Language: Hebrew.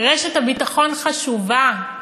רשת הביטחון חשובה,